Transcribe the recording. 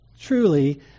truly